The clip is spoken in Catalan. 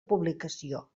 publicació